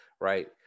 right